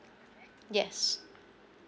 yes